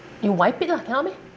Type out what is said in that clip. you wipe it lah cannot meh